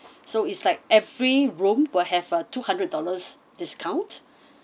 so it's like every room will have a two hundred dollars discount